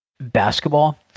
basketball